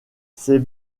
c’est